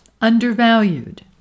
undervalued